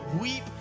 weep